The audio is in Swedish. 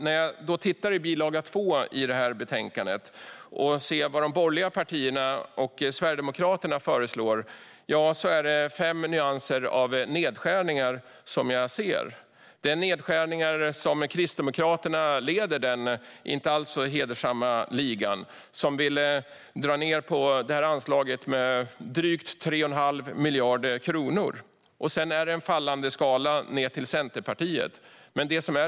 När jag tittar i bil. 2 i betänkandet för att se vad de borgerliga partierna och Sverigedemokraterna föreslår möts jag av fem nyanser av nedskärningar. Kristdemokraterna leder den inte alls hedersamma ligan av nedskärningar. De vill dra ned på anslaget med drygt 3 1⁄2 miljard kronor. Sedan följer en fallande skala ned till Centerpartiet.